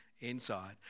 inside